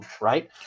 right